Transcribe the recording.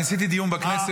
אני עשיתי דיון בכנסת,